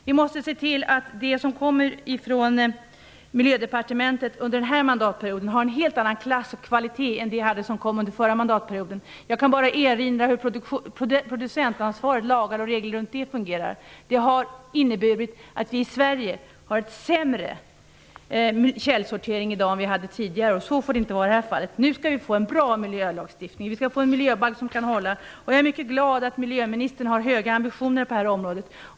Vi måste se till att det som kommer från Miljödepartementet under den här mandatperioden har en helt annan klass och kvalitet än det som kom under förra mandatperioden. Jag kan bara erinra om hur lagar och regler runt producentansvaret fungerar. De har inneburit att vi i Sverige i dag har en sämre källsortering än vi hade tidigare. Så får det inte bli i det här fallet - nu skall vi ha en bra miljölagstiftning och en miljöbalk som kan hålla. Jag är mycket glad över att miljöministern har höga ambitioner på det här området.